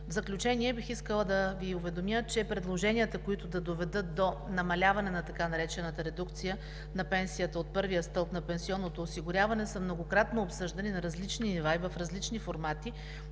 В заключение, бих искала да Ви уведомя, че предложенията, които ще доведат до намаляване на така наречената редукция на пенсията от първия стълб на пенсионното осигуряване, са многократно обсъждани на различни нива и в различни формати,